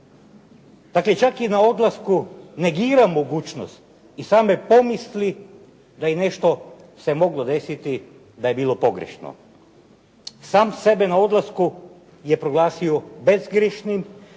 Dakle, čak i na odlasku negira mogućnost i same pomisli da je nešto se moglo desiti da je bilo pogrešno. Sam sebe na odlasku je proglasio bezgriješnim,